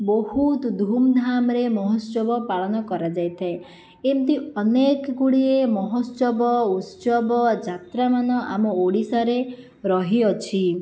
ବହୁତ ଧୁମ୍ଧାମ୍ ରେ ମହୋତ୍ସବ ପାଳନ କରାଯାଇଥାଏ ଏମତି ଅନେକ ଗୁଡ଼ିଏ ମହୋତ୍ସବ ଉତ୍ସବ ଯାତ୍ରା ମାନ ଆମ ଓଡ଼ିଶାରେ ରହିଅଛି